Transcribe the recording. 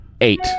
eight